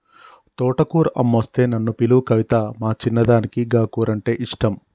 తోటకూర అమ్మొస్తే నన్ను పిలువు కవితా, మా చిన్నదానికి గా కూరంటే ఇష్టం